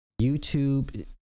YouTube